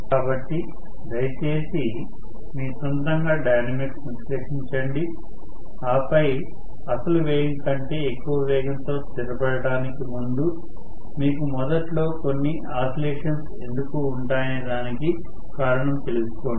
కాబట్టి దయచేసి మీ స్వంతంగా డైనమిక్స్ను విశ్లేషించండి ఆపై అసలు వేగం కంటే ఎక్కువ వేగంతో స్థిరపడటానికి ముందు మీకు మొదట్లో కొన్ని ఆసిలేషన్స్ ఎందుకు ఉంటాయనే దానికి కారణం తెలుసుకోండి